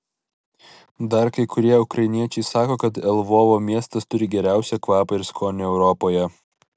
dar kai kurie ukrainiečiai sako kad lvovo miestas turi geriausią kvapą ir skonį europoje